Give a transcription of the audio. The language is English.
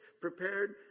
prepared